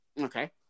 Okay